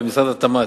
במשרד התמ"ת,